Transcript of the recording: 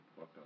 up